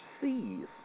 sees